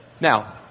Now